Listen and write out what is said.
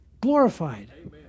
glorified